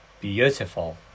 beautiful